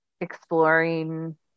exploring